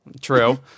True